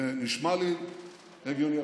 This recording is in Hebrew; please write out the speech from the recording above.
זה נשמע לי הגיוני אפילו.